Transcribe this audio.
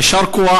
יישר כוח.